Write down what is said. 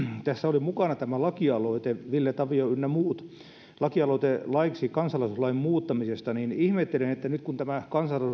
tässä oli mukana tämä lakialoite ville tavio ynnä muut lakialoite laiksi kansalaisuuslain muuttamisesta niin ihmettelen että nyt kun tämä